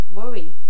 worry